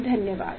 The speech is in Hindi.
धन्यवाद